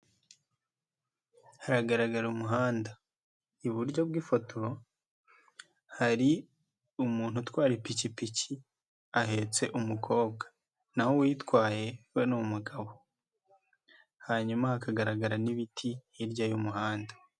Haragaragara umuhanda. Iburyo bw'ifoto, hari umuntu utwara ipikipiki ahetse umukobwa naho uyitwaye we ni umugabo. Hanyuma hakagaragara n'ibiti, hirya y'umuhanda.